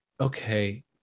okay